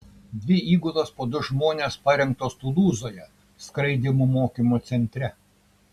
dvi įgulos po du žmones parengtos tulūzoje skraidymų mokymo centre